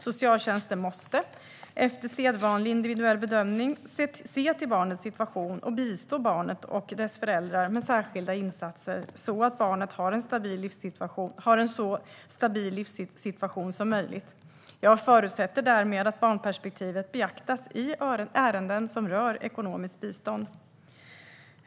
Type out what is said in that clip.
Socialtjänsten måste, efter sedvanlig individuell bedömning, se till barnets situation och bistå barnet och dess föräldrar med särskilda insatser så att barnet har en så stabil livssituation som möjligt. Jag förutsätter därmed att barnperspektivet beaktas i ärenden som rör ekonomiskt bistånd.